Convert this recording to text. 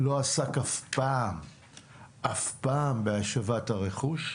לא עסק אף פעם בהשבת הרכוש,